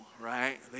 right